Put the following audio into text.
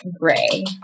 gray